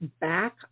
back